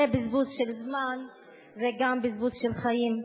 זה בזבוז זמן ובזבוז של חיים,